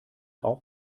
auch